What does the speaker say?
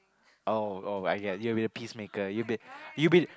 oh oh right ya you be a peacemaker you be you be